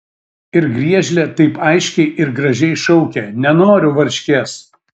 ir griežlė taip aiškiai ir gražiai šaukia nenoriu varškės